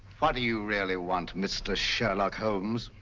what do you really want mr. sherlock holmes?